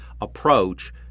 approach